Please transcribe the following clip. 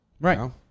Right